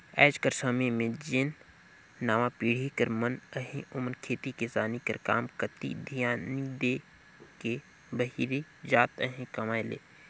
आएज कर समे में जेन नावा पीढ़ी कर मन अहें ओमन खेती किसानी कर काम कती धियान नी दे के बाहिरे जात अहें कमाए ले